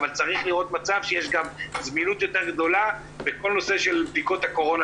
אבל צריכה להיות זמינות גדולה יותר של בדיקות הקורונה,